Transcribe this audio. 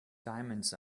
diamonds